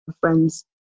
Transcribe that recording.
friends